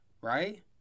right